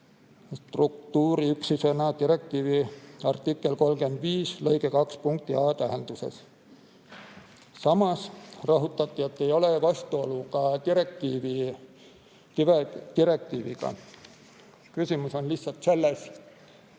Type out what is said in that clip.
struktuuriüksusena direktiivi artikli 35 lõike 2 punkti a tähenduses. Samas rõhutati, et ei ole vastuolu ka direktiiviga. Küsimus on lihtsalt selles,